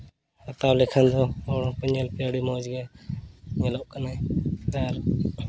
ᱦᱟᱛᱟᱣ ᱞᱮᱠᱷᱟᱱ ᱫᱚ ᱦᱚᱲ ᱦᱚᱠᱚ ᱧᱮᱞ ᱯᱮᱭᱟ ᱟᱹᱰᱤ ᱢᱚᱡᱽ ᱜᱮ ᱧᱮᱞᱚᱜ ᱠᱟᱱᱟᱭ ᱟᱨ